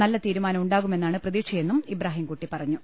നല്ല തീരു മാനം ഉണ്ടാകുമെന്നാണ് പ്രതീക്ഷയെന്നും ഇബ്രാഹിംകൂട്ടി പറ ഞ്ഞു